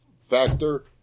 factor